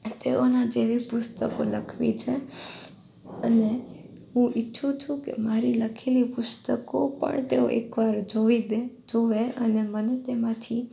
તેઓના જેવી પુસ્તકો લખવી છે અને હું ઈચ્છું છું કે મારી લખેલી પુસ્તકો પણ તેઓ એક વાર જોઈદે જોવે અને મને તેમાંથી